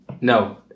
No